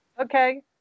Okay